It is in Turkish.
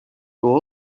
doğal